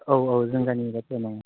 औ औ जों गामि गासै एमावनो